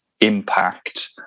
impact